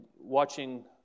watching